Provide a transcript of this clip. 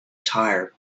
tire